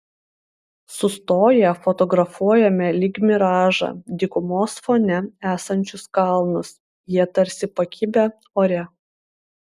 sustoję fotografuojame lyg miražą dykumos fone esančius kalnus jie tarsi pakibę ore